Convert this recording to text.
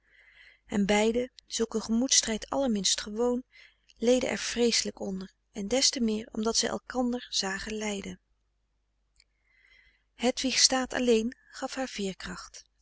en beiden zulk een gemoedsstrijd allerminst gewoon leden er vreeselijk onder en des te meer omdat zij elkander zagen lijden hedwigs staat alleen gaf haar veerkracht